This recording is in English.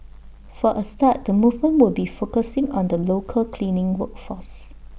for A start the movement will be focusing on the local cleaning work force